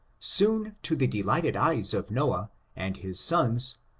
soon to the delighted eyes of noah and his sons,